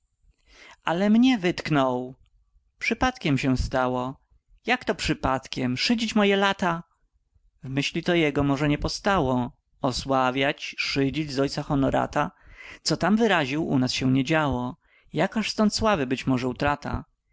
ale mnie wytknął przypadkiem się stało jak to przypadkiem szydzić moje lata w myślito jego może nie postało osławiać szydzić z ojca honorata co tam wyraził u nas się nie działo jakaż stąd sławy być może utrata